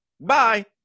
bye